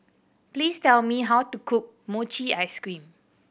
please tell me how to cook mochi ice cream